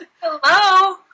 Hello